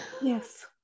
yes